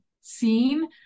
seen